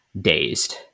dazed